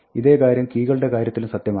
ഇതേ കാര്യം കീകളുടെ കാര്യത്തിലും സത്യമാണ്